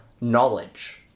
knowledge